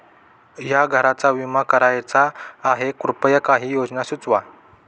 या घराचा विमा करायचा आहे कृपया काही योजना सुचवा